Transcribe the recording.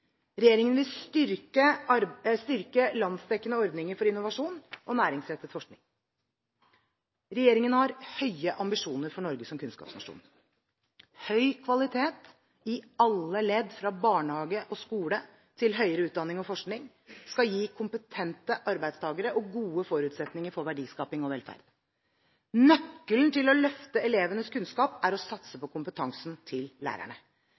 Regjeringen vil styrke landsdekkende ordninger for innovasjon og næringsrettet forskning. Regjeringen har høye ambisjoner for Norge som kunnskapsnasjon. Høy kvalitet i alle ledd, fra barnehage og skole til høyere utdanning og forskning, skal gi kompetente arbeidstakere og gode forutsetninger for verdiskaping og velferd. Nøkkelen til å løfte elevenes kunnskap er å satse på kompetansen til lærerne.